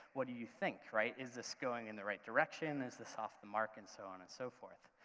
what do you think, right? is this going in the right direction? is this off the mark and so on and so forth?